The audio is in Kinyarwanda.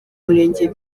murenge